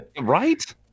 Right